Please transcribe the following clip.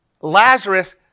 Lazarus